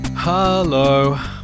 Hello